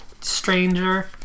stranger